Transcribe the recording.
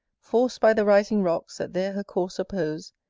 forc'd by the rising rocks that there her course oppose,